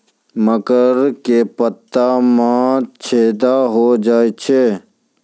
मकर के पत्ता मां छेदा हो जाए छै?